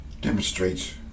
demonstrates